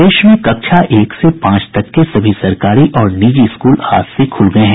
प्रदेश में कक्षा एक से पांच तक के सभी सरकारी और निजी स्कूल आज से खुल गये हैं